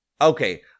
Okay